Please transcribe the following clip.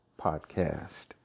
Podcast